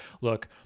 look